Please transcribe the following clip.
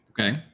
Okay